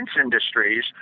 industries